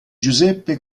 giuseppe